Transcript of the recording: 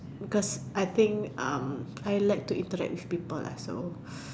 because I think um I like to interact with people lah so